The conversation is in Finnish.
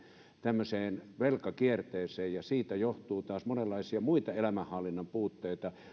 tämmöiseen velkakierteeseen ja siitä johtuu taas monenlaisia muita elämänhallinnan puutteita